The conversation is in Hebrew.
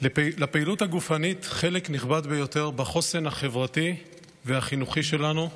לפעילות הגופנית חלק נכבד ביותר בחוסן החברתי והחינוכי שלנו,